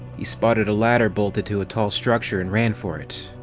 he spotted a ladder bolted to a tall structure and ran for it.